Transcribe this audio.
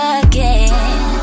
again